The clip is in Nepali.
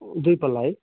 दुई पल्ला है